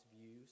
views